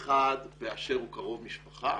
האחד באשר הוא קרוב משפחה